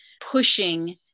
pushing